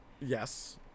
Yes